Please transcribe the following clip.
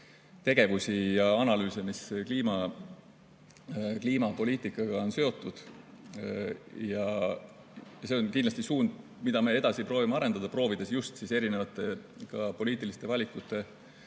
tegevusi ja analüüse, mis on kliimapoliitikaga seotud. See on kindlasti suund, mida me edasi proovime arendada, proovides just erinevate poliitiliste valikute